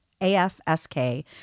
AFSK